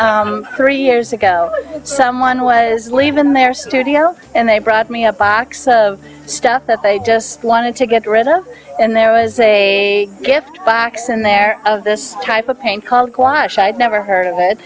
three years ago someone was leaving their studio and they brought me a box of stuff that they just wanted to get rid of and there was a gift box in there of this type of paint called quiet shy i'd never heard of it